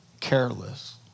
Careless